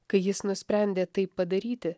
kai jis nusprendė tai padaryti